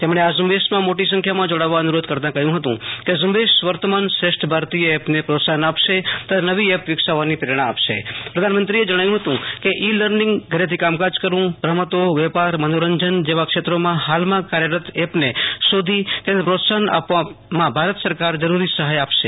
તેમણે આ ઝુબેશમાં મોટી સંખ્યામાં જોડાવા અનુ રોધ કરતા કહ્યુ કે આ ઝુબેશ વર્તમાન શ્રેષ્ઠ ભારતીય એપને પ્રોત્સાહન આપશે તથા નવી એપ વિકસાવવાની પ્રેરણા આપશે પ્રધાનમંત્રીએ જણાવ્યુ હતું કે ઈ લર્નિંગધરેથી કામકાજ કરવુરમતો વેપારમનોરંજન જેવા ક્ષેત્રોમાં હાલમાં કાર્યરત એપને શોધી તેને પ્રોત્સાહન આપવામાં ભારત સરકાર જરૂરી સહાય આપશે